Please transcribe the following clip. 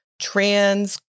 trans